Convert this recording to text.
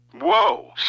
Whoa